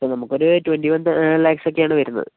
ഇപ്പം നമുക്കൊരു twenty one lakhs ഒക്കെയാണ് വരുന്നത്